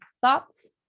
thoughts